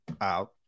out